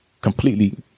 completely